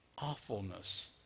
awfulness